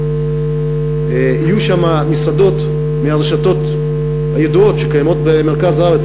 יהיו שם מסעדות מהרשתות הידועות שקיימות במרכז הארץ,